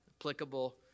applicable